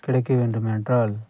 கிடைக்க வேண்டும் என்றால்